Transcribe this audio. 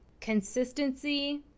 consistency